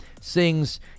Sings